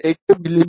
8 மி